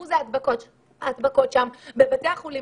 שאחוז ההדבקות בבתי החולים